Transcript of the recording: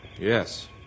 Yes